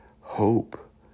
hope